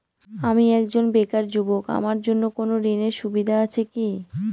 আমি একজন বেকার যুবক আমার জন্য কোন ঋণের সুবিধা আছে কি?